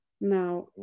Now